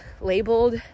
labeled